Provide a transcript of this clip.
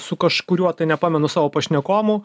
su kažkuriuo tai nepamenu savo pašnekovu